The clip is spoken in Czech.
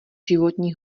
životní